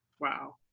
Wow